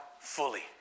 fully